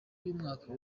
y’umwaka